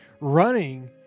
running